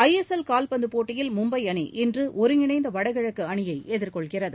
ஐ S L கால்பந்துப் போட்டியில் மும்பை அணி இன்று ஒருங்கிணைந்த வடகிழக்கு அணியை எதிர்கொள்கிறது